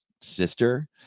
sister